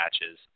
matches